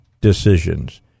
decisions